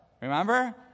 Remember